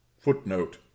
Footnote